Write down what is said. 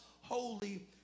holy